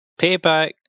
Payback